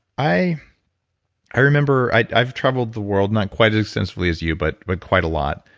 i i remember, i've traveled the world not quite extensively as you, but but quite a lot.